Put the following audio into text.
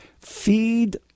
feed